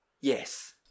Yes